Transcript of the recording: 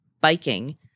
biking